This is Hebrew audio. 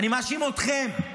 אני מאשים אתכם,